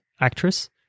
actress